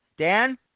Dan